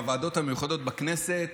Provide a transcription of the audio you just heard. הוועדות המיוחדות בכנסת